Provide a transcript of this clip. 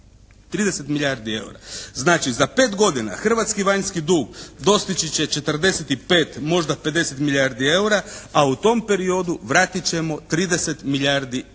30 milijardi eura. Znači, za pet godina hrvatski vanjski dug dostići će 45 možda 50 milijardi eura, a u tom periodu vratit ćemo 30 milijardi eura.